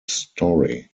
story